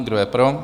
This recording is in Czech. Kdo je pro?